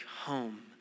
home